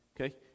Okay